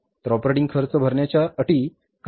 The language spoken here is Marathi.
तर ऑपरेटिंग खर्च भरण्याच्या अटी काय आहेत